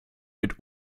wird